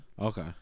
Okay